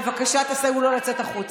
בבקשה, תסייעו לו לצאת החוצה.